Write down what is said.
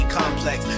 complex